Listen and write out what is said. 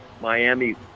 Miami